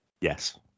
Yes